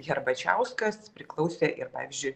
herbačiauskas priklausė ir pavyzdžiui